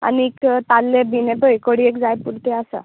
आनीक ताल्लें बीन हेपय कडीयेक बीन जाय पुर्ते आसा